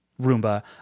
Roomba